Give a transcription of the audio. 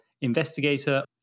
investigator